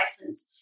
license